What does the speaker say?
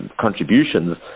contributions